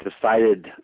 decided